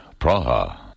Praha